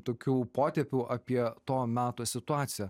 tokių potėpių apie to meto situaciją